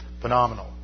phenomenal